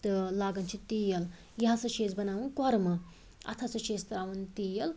تہٕ لاگان چھِ تیٖل یہِ ہَسا چھُ اسہِ بناوُن کۄرمہٕ اتھ ہَسا چھُ اسہِ ترٛاوُن تیٖل